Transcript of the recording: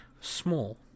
Small